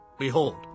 Behold